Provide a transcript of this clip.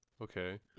Okay